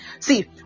See